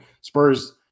Spurs